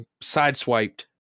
sideswiped